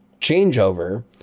changeover